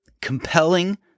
compelling